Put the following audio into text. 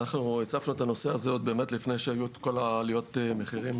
אנחנו הצפנו את הנושא הזה עוד באמת לפני שהיו את כל עלויות המחירים,